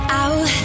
out